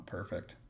perfect